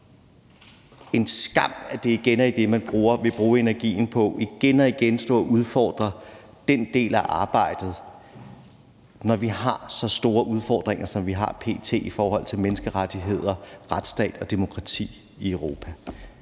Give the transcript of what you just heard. en skam, at det igen er det, man vil bruge energi på, altså igen og igen at stå og udfordre den del af arbejdet, når vi har så store udfordringer, som vi har p.t. i forhold til menneskerettigheder, retsstat og demokrati i Europa.